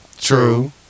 True